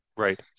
Right